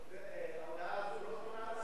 הסביבה נתקבלה.